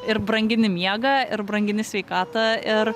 ir brangini miegą ir brangini sveikatą ir